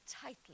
tightly